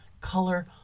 color